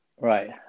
Right